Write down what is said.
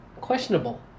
questionable